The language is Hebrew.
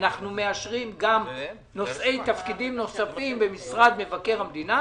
אנחנו מאשרים גם נושאי תפקידים נוספים במשרד מבקר המדינה